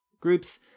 groups